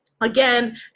again